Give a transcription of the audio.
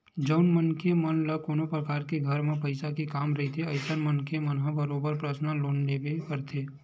जउन मनखे मन ल कोनो परकार के घर म पइसा के काम रहिथे अइसन मनखे मन ह बरोबर परसनल लोन लेबे करथे